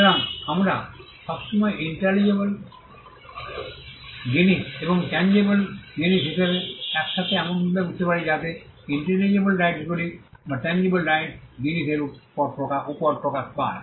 সুতরাং আমরা সবসময় ইন্ট্যাঞ্জিবলে জিনিস এবং টাঞ্জিবলে জিনিস হিসাবে একসাথে এমনভাবে বুঝতে পারি যাতে ইন্ট্যাঞ্জিবলে রাইটসগুলি টাঞ্জিবলে জিনিসের উপর প্রকাশ পায়